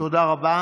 תודה רבה.